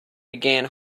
began